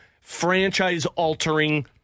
franchise-altering